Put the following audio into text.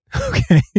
Okay